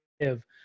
give